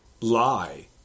lie